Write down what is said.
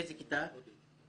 איזו כיתה?